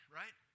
right